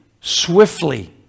swiftly